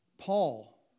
Paul